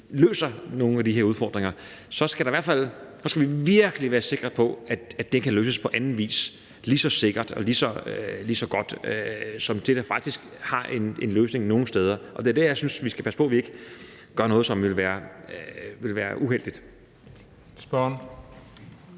løser nogle af de her udfordringer, skal vi virkelig være sikre på, at det kan løses på anden vis lige så sikkert og lige så godt som det, der faktisk er en løsning nogle steder, og det er der, jeg synes vi skal passe på at vi ikke gør noget, som ville være uheldigt. Kl.